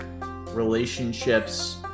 relationships